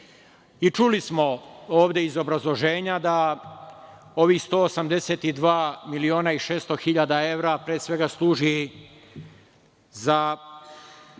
Čuli smo ovde iz obrazloženja da ovih 182 miliona i 600.000 evra, pre svega služi za